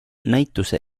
näituse